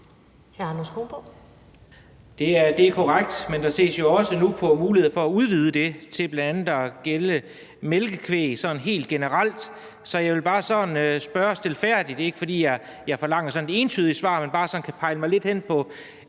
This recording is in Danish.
Det er korrekt, men der ses jo også nu på muligheder for at udvide det til bl.a. at gælde malkekvæg sådan helt generelt. Så jeg vil bare sådan stilfærdigt spørge – ikke, fordi jeg forlanger sådan et entydigt svar, men bare for sådan at kunne